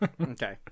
Okay